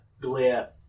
Glare